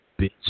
Bitch